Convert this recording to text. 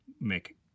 make